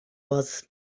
was